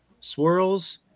Swirls